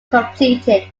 completed